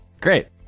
Great